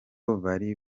bari